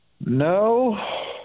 No